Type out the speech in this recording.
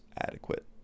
adequate